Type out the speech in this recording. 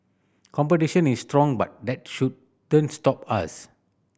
competition is strong but that shouldn't stop us